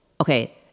Okay